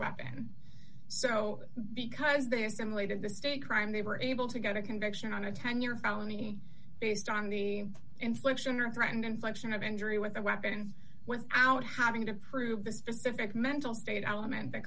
weapon so because they assimilated the state crime they were able to get a conviction on a ten year felony based on the infliction or threatened inflection of injury with a weapon without having to prove a specific mental state alum and th